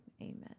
amen